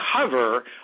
cover